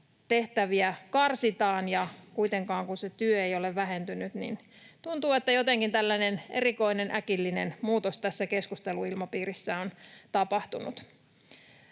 tehtäviä karsitaan. Kuitenkaan, kun se työ ei ole vähentynyt, tuntuu, että jotenkin tällainen erikoinen äkillinen muutos tässä keskusteluilmapiirissä on tapahtunut.